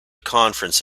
conference